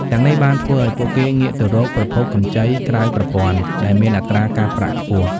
ទាំងនេះបានធ្វើឱ្យពួកគេងាកទៅរកប្រភពកម្ចីក្រៅប្រព័ន្ធដែលមានអត្រាការប្រាក់ខ្ពស់ ។